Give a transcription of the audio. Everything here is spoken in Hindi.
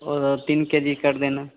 और तीन के जी कर देना